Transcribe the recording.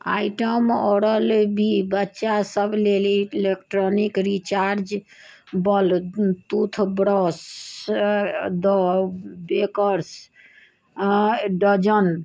item oral B बच्चासभ लेल electronic rechargeable toothbrush the bakers आ डजन